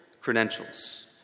credentials